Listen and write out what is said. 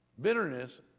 Bitterness